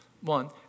One